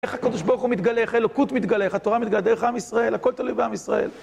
איך הקב"ה מתגלה, איך האלוקות מתגלה, איך התורה מתגלה, דרך עם ישראל, הכל תלוי בעם ישראל.